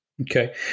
Okay